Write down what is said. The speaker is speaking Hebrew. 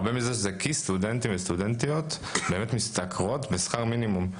והרבה מזה זה כי סטודנטים וסטודנטיות באמת משתכרים בשכר מינימום.